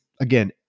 again